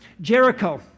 Jericho